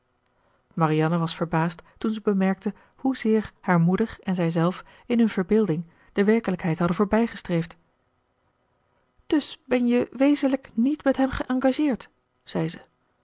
marianne was verbaasd toen ze bemerkte hoezeer haar moeder en zijzelf in hun verbeelding de werkelijkheid hadden voorbij gestreefd dus ben je wezenlijk niet met hem geëngageerd zei ze